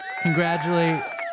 congratulate